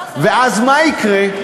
ואז מה יקרה?